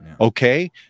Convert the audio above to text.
okay